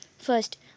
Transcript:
First